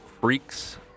freaks